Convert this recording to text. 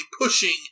pushing